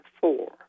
four